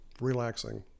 relaxing